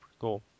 cool